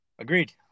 Agreed